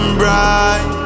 bright